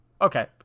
Okay